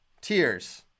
tears